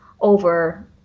over